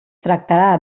tractarà